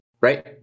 right